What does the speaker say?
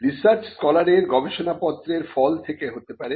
research স্কলারের গবেষণাপত্রের ফল থেকে হতে পারে